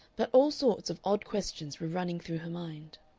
but all sorts of odd questions were running through her mind.